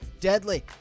Deadly